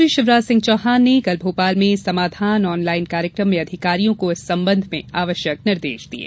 मुख्यमंत्री शिवराज सिंह चौहान ने कल भोपाल में समाधान ऑनलाइन कार्यकम में अधिकारियों को इस संबंध में आवश्यक निर्देश दिये